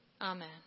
Amen